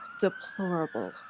Deplorable